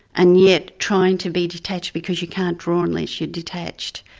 and yet trying to be detached, because you can't draw unless you're detached,